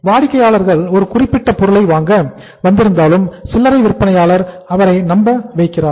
வாடிக்கையாளர்கள் ஒரு குறிப்பிட்ட பொருளை வாங்க வந்திருந்தாலும் சில்லறை விற்பனையாளர் அவரை நம்ப வைக்கிறார்